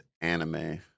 anime